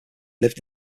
lived